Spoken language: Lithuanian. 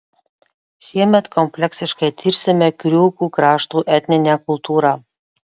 šiemet kompleksiškai tirsime kriūkų krašto etninę kultūrą